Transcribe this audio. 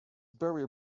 burial